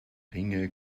ringe